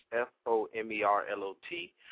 F-O-M-E-R-L-O-T